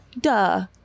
Duh